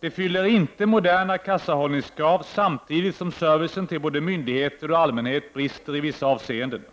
Det fyller inte moderna kassahållningskrav samtidigt som servicen till både myndigheter och allmänhet brister i vissa avseenden.